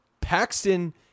Paxton